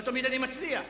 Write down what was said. לא תמיד אני מצליח,